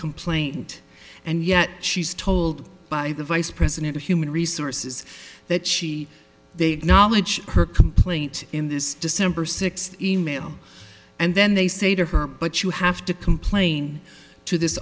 complaint and yet she's told by the vice president of human resources that she they knowledge her complaint in this december sixth e mail and then they say to her but you have to complain to this